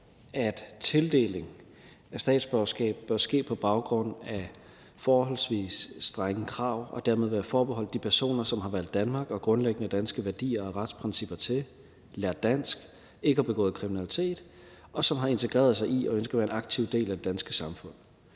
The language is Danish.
at tildeling af statsborgerskab bør ske på baggrund af forholdsvis strenge krav og dermed være forbeholdt de personer, som har valgt Danmark og grundlæggende danske værdier og retsprincipper til, lært dansk, ikke har begået kriminalitet, og som har integreret sig i og ønsket at være en aktiv del af det danske samfund.